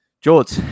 George